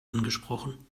angesprochen